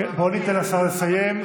בוא ניתן לשר לסיים,